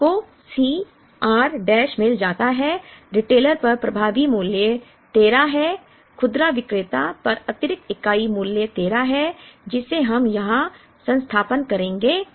आपको C r dash मिल जाता है रिटेलर पर प्रभावी मूल्य 13 है खुदरा विक्रेता पर अतिरिक्त इकाई मूल्य 13 है जिसे हम यहां स्थानापन्न करेंगे